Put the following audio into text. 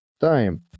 time